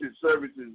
services